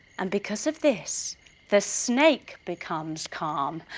and because of this the snake becomes calm.